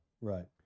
right